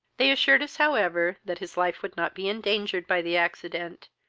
they assured us, however, that his life would not be endangered by the accident,